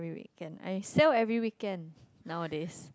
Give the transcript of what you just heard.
weekend I sell every weekend nowadays